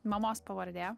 mamos pavardė